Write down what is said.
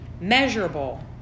Measurable